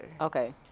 Okay